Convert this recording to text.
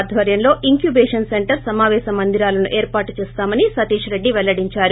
ఆధ్వర్యంలో incubation centre సమాపేశ మందిరాలను ఏర్పాటు చేస్తామని సతీష్ రెడ్డి పెల్లడించారు